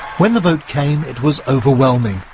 when the vote came, it was overwhelming.